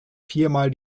viermal